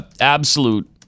absolute